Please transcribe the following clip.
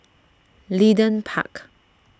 Leedon Park